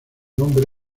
nombre